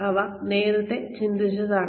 അവ നേരത്തെ ചിന്തിച്ചതാണ്